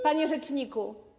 Panie Rzeczniku!